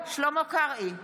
שלמה קרעי,